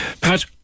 Pat